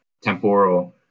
temporal